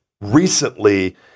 recently